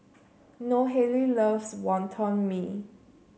Nohely loves Wonton Mee